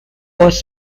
was